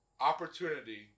opportunity